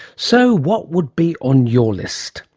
so, what would be on your list?